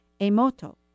Emoto